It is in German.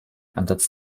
ansatz